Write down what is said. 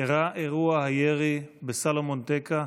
אירע אירוע הירי בסלומון טקה,